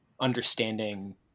understanding